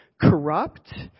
corrupt